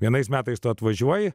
vienais metais tu atvažiuoji